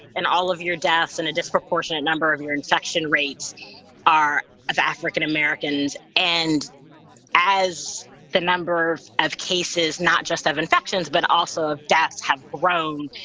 and all of your deaths and a disproportionate number of your infection rates are of african-americans. and as the number of of cases not just have infections, but also of deaths have grown.